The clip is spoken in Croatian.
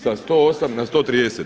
Sa 108 na 130.